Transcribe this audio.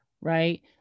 right